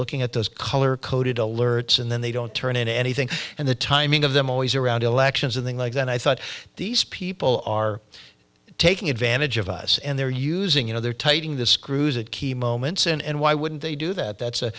looking at those color coded alerts and then they don't turn in anything and the timing of them always around elections and the like then i thought these people are taking advantage of us and they're using you know they're tightening the screws that key moments and why wouldn't they do that that's a